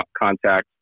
contact